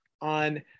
on